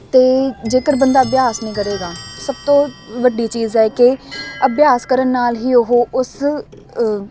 ਅਤੇ ਜੇਕਰ ਬੰਦਾ ਅਭਿਆਸ ਨਹੀਂ ਕਰੇਗਾ ਸਭ ਤੋਂ ਵੱਡੀ ਚੀਜ਼ ਹੈ ਕਿ ਅਭਿਆਸ ਕਰਨ ਨਾਲ ਹੀ ਉਹ ਉਸ